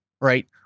Right